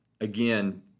Again